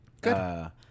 Good